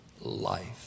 life